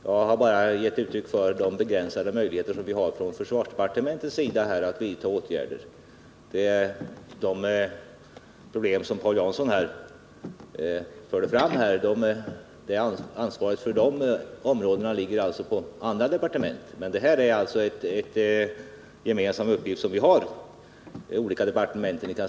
Jag har bara gett uttryck för de begränsade möjligheter som vi har från försvarsdepartementets sida att vidta åtgärder. Ansvaret för problemen på de områden som Paul Jansson förde fram ligger på andra departement. Det här är alltså en gemensam uppgift för flera olika departement.